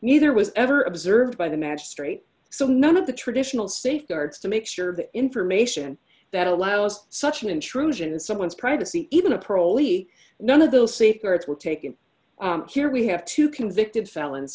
neither was ever observed by the magistrate so none of the traditional safeguards to make sure that information that allows such an intrusion in someone's privacy even a parolee none of those safeguards were taken here we have two convicted felons